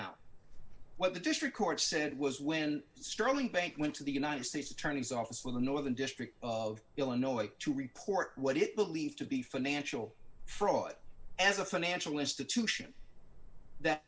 nt what the district court said was when sterling bank went to the united states attorney's office with the northern district of illinois to report what it believed to be financial fraud as a financial institution that